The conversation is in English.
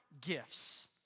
gifts